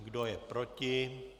Kdo je proti?